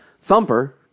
Thumper